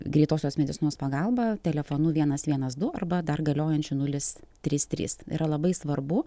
greitosios medicinos pagalbą telefonu vienas vienas du arba dar galiojančiu nulis trys trys yra labai svarbu